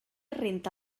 renta